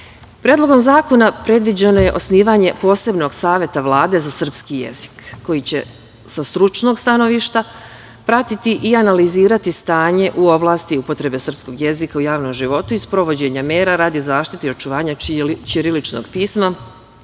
zakona predviđeno je osnivanje posebnog saveta Vlade za srpski jezik, koji će sa stručnog stanovišta pratiti i analizirati stanje u oblasti upotrebe srpskog jezika u javnom životu i sprovođenja mera radi zaštite i očuvanja ćiriličnog pisma